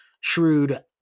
shrewd